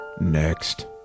next